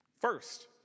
First